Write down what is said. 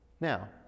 Now